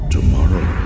Tomorrow